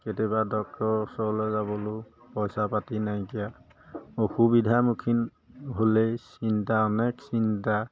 কেতিয়াবা ডক্তৰৰ ওচৰলৈ যাবলৈও পইচা পাতি নাইকিয়া অসুবিধামুখী হ'লেই চিন্তা অনেক চিন্তা